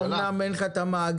אומנם אין לך את המאגר,